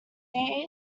they